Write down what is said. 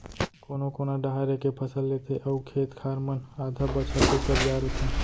कोनो कोना डाहर एके फसल लेथे अउ खेत खार मन आधा बछर तो परिया रथें